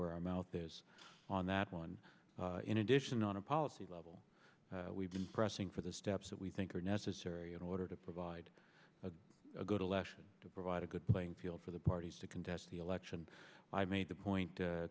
where our mouth is on that one in addition on a policy level we've been pressing for the steps that we think are necessary in order to provide a good election to provide a good playing field for the parties to contest the election i've made the point